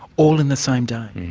all in the same day?